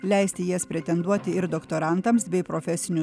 leisti į jas pretenduoti ir doktorantams bei profesinių